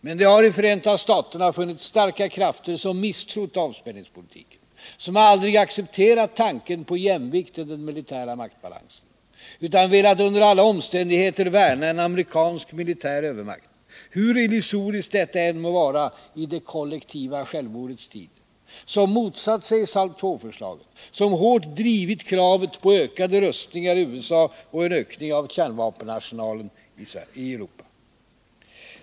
Men det har i Förenta staterna funnits starka krafter som misstrott avspänningspolitiken, som aldrig accepterat tanken på jämvikt i den militära maktbalansen, utan velat under alla omständigheter värna om en amerikansk militär övermakt, hur illusoriskt detta än må vara i det kollektiva självmordets tid, som motsatt sig SALT II-förslaget, som hårt drivit kravet på ökade rustningar i USA och en ökning av kärnvapenarsenalen i Europa.